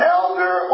elder